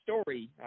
story